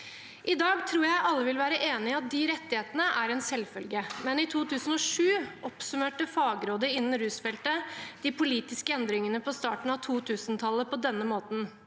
I dag tror jeg alle vil være enig i at de rettighetene er en selvfølge, men i 2007 oppsummerte Fagrådet innen Rusfeltet de politiske endringene på starten av 2000-tallet på denne måten: